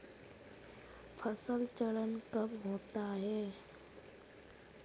फसल चक्रण कब होता है?